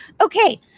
Okay